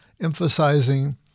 emphasizing